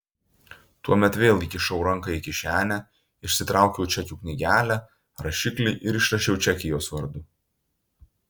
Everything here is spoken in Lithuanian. tuomet vėl įkišau ranką į kišenę išsitraukiau čekių knygelę rašiklį ir išrašiau čekį jos vardu